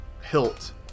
hilt